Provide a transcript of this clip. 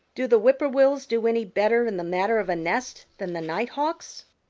do the whip-poor-wills do any better in the matter of a nest than the nighthawks?